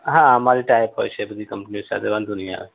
હા અમારે ટાઈઅપ હોય છે એ બધી કંપનીઓ સાથે વાંધો નહીં આવે